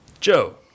Joe